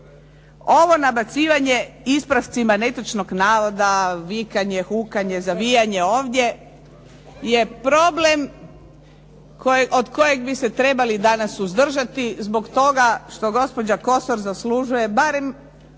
Ovo nabacivanje ispravcima netočnog navoda, vikanje, hukanje, zavijanje ovdje je problem od kojeg bi se trebali danas suzdržati zbog toga što gospođa Kosor zaslužuje barem